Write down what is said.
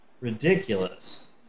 Ridiculous